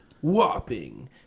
whopping